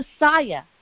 Messiah